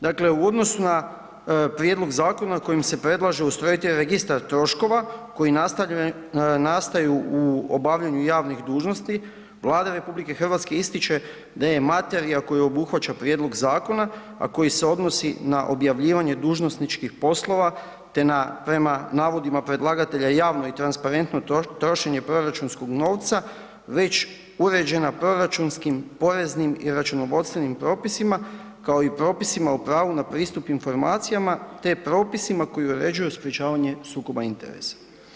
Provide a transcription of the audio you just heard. Dakle, u odnosu na prijedlog zakona kojim se predlaže ustrojiti Registra troškova koji nastaju u obavljanju javnih dužnosti, Vlada RH ističe da je materija koja obuhvaća prijedlog zakona a koji se odnosi na objavljivanje dužnosničkih poslova te na prema navodima predlagatelja, javno i transparentno trošenje proračunskog novca, već uređena proračunskih, poreznim i računovodstvenim propisima kao i propisima o pravu na pristup informacijama te propisima koji uređuju sprječavanje sukoba interesa.